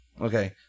Okay